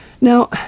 Now